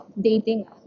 dating